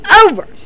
over